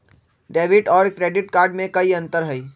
Debit और credit card में कई अंतर हई?